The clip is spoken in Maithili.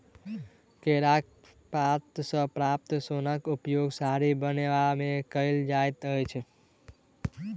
केराक पात सॅ प्राप्त सोनक उपयोग साड़ी बनयबा मे कयल जाइत अछि